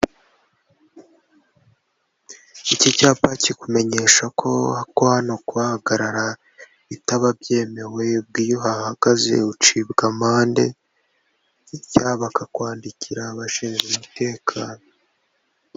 Iki cyapa kikumenyesha ko hano kuhahagarara bitaba byemewe, ubwo iyo uhahagaze ucibwa amande, cyangwa bakakwandikira abashinzwe umutekano.